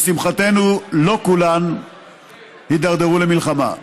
לשמחתנו לא כולן הידרדרו למלחמה,